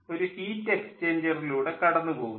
ഒരു ഹീറ്റ് എക്സ്ചേഞ്ചറിലൂടെ കടന്നുപോകുന്നു